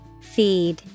Feed